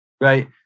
right